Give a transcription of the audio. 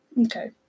Okay